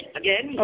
again